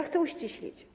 Chcę uściślić.